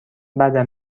بدم